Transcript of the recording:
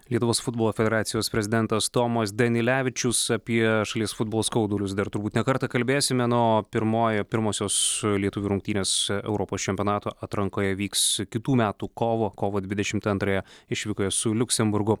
lietuvos futbolo federacijos prezidentas tomas danilevičius apie šalies futbolo skaudulius dar turbūt ne kartą kalbėsime na o pirmoji pirmosios lietuvių rungtynės europos čempionato atrankoje vyks kitų metų kovo kovo dvidešimt antrąją išvykoje su liuksemburgu